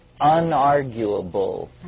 unarguable